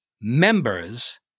members